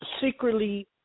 secretly